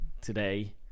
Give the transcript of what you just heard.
today